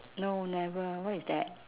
no never what is that